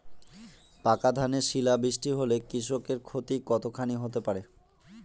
পাকা ধানে শিলা বৃষ্টি হলে কৃষকের ক্ষতি কতখানি হতে পারে?